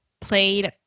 played